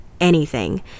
Anything